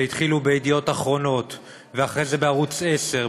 שהתחילו ב"ידיעות אחרונות" ואחרי זה בערוץ 10,